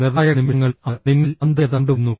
നിർണായക നിമിഷങ്ങളിൽ അത് നിങ്ങളിൽ ആന്തരികത കൊണ്ടുവരുന്നു